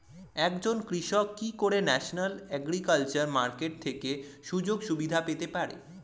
একজন কৃষক কি করে ন্যাশনাল এগ্রিকালচার মার্কেট থেকে সুযোগ সুবিধা পেতে পারে?